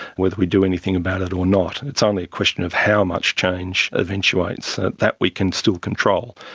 whether we do anything about it or not. it's only a question of how much change eventuates that we can still control.